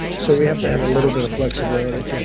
so we have to have a little bit of flexibility.